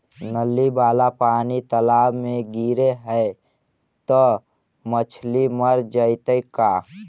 नली वाला पानी तालाव मे गिरे है त मछली मर जितै का?